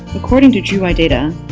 according to juwai data,